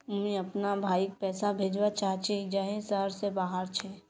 मुई अपना भाईक पैसा भेजवा चहची जहें शहर से बहार छे